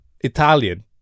Italian